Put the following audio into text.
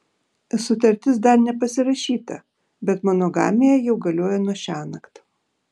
sutartis dar nepasirašyta bet monogamija jau galioja nuo šiąnakt